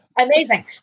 amazing